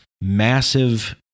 massive